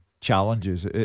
challenges